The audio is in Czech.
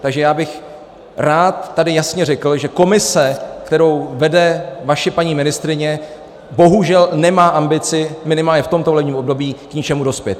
Takže já bych rád tady jasně řekl, že komise, kterou vede vaše paní ministryně, bohužel nemá ambici minimálně v tomto volebním období k něčemu dospět.